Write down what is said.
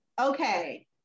Okay